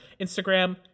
Instagram